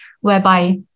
whereby